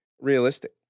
realistic